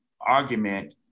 argument